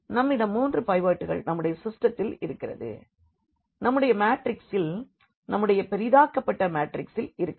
நம்மிடம் 3 பைவட்கள் நம்முடைய சிஸ்டெத்தில் இருக்கிறது நம்முடைய மாட்ரிக்ஸில் நம்முடைய பெரிதாக்கப்பட்ட மாட்ரிக்ஸில் இருக்கிறது